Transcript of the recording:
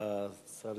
שעה)